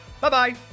Bye-bye